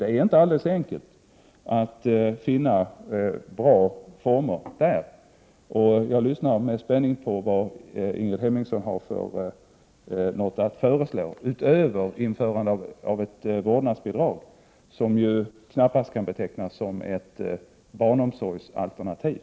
Det är inte alldeles enkelt att här finna bra former, och därför lyssnar jag med spänning på vad Ingrid Hemmingsson har att föreslå utöver införande av ett vårdnadsbidrag, som ju knappast kan betecknas som ett barnomsorgsalternativ.